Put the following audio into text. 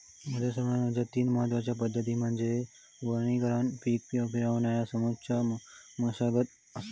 मृदा संवर्धनाच्या तीन महत्वच्या पद्धती म्हणजे वनीकरण पीक फिरवणा समोच्च मशागत असा